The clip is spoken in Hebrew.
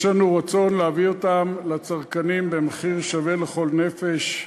יש לנו רצון להביא אותם לצרכנים במחיר שווה לכל נפש,